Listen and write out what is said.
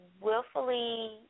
willfully